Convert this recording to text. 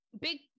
big